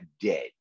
dead